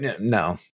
no